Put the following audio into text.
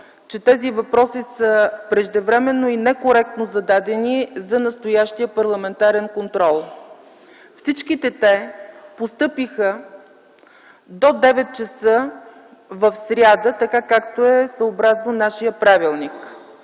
че тези въпроси са преждевременно и некоректно зададени за настоящия парламентарен контрол? Всички те постъпиха до 9,00 ч. в сряда, така както е съобразно нашия правилник.